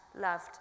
loved